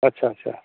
अच्छा अच्छा